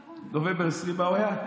בנובמבר 2020, מה הוא היה?